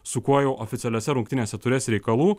su kuo jau oficialiose rungtynėse turės reikalų